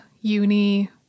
uni